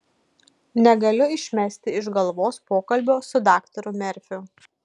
negaliu išmesti iš galvos pokalbio su daktaru merfiu